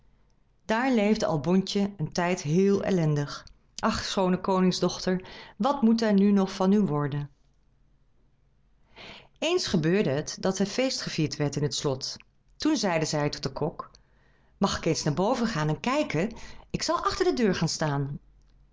daar leefde albontje een tijd heel ellendig ach schoone koningsdochter wat moet er nog van u worden eens gebeurde het dat er feest gevierd werd in het slot toen zeide zij tot den kok mag ik eens naar boven gaan en kijken ik zal achter de deur gaan staan